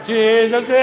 Jesus